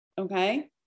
Okay